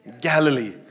Galilee